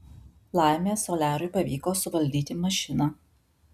laimė soliariui pavyko suvaldyti mašiną